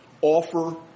offer